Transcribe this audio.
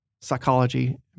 psychology